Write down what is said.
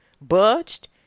budged